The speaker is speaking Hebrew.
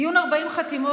דיון 40 חתימות,